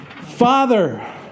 Father